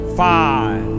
five